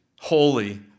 Holy